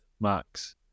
Max